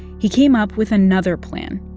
he came up with another plan.